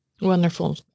Wonderful